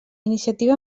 iniciativa